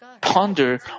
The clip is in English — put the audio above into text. ponder